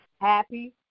happy